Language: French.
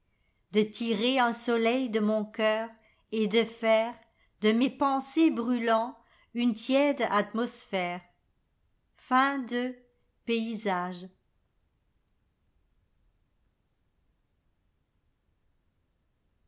de tirer un soleil de mon cœur et de faire de mes pensers brûlants une tiède atmosphère